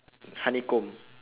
honeycomb